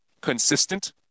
consistent